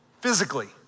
physically